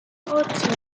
ocho